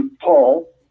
Paul